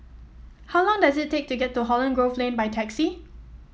how long does it take to get to Holland Grove Lane by taxi